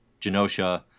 Genosha